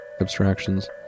abstractions